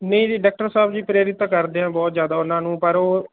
ਨਹੀਂ ਜੀ ਡਾਕਟਰ ਸਾਹਿਬ ਜੀ ਪ੍ਰੇਰਿਤ ਤਾਂ ਕਰਦੇ ਹਾਂ ਬਹੁਤ ਜ਼ਿਆਦਾ ਉਹਨਾਂ ਨੂੰ ਪਰ ਉਹ